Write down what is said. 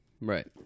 Right